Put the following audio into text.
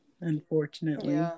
unfortunately